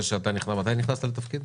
מתי נכנסת לתפקיד?